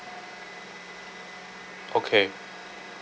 okay